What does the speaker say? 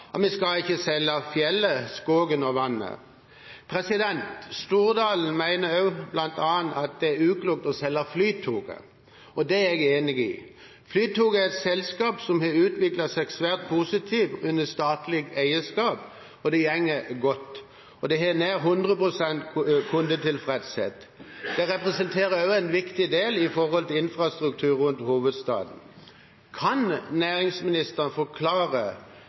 ikke skal selge fjellet, skogen eller vannet. Stordalen mener også bl.a. at det er uklokt å selge Flytoget. Det er jeg enig i. Flytoget er et selskap som har utviklet seg svært positivt under statlig eierskap, og det går godt. Det har nær 100 pst. kundetilfredshet. Det representerer også en viktig del av infrastrukturen rundt hovedstaden. Kan næringsministeren forklare